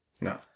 No